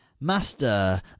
Master